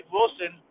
Wilson